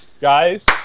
guys